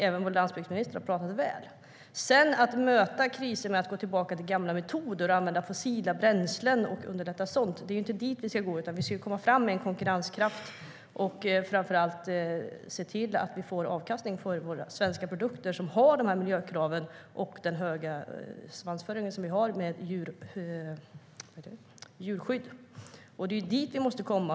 Även vår landsbygdsminister har talat väl om den. Att möta kriser med att gå tillbaka till gamla metoder, använda fossila bränslen och underlätta sådant är inte rätt väg att gå. Vi ska komma framåt med konkurrenskraft och framför allt se till att vi får avkastning på våra svenska produkter som har de miljökrav och den höga svansföring som vi har när det gäller djurskydd. Det är dit vi måste komma.